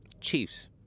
Chiefs